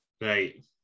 right